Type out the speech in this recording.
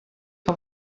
que